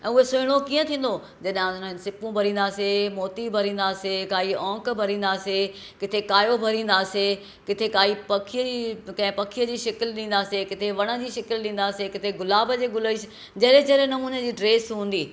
ऐं उहो सुहिणो कीअं थींदो जड॒हिं उनमें सिपूं भरींदासीं मोती भरींदासीं काई औंक भरींदासीं किथे कायो भरींदासीं किथे काई पखी कंहिं पखीअ जी शिकिल डीं॒दासीं किथे वणनि जी शिकिल डीं॒दासीं किथे गुलाब जे गुल जी जहिड़े जहिड़े नमूने जी ड्रेस हूंदी